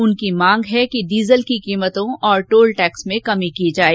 उनकी मांग है कि डीजल की कीमतों और टोल टैक्स में कमी की जाए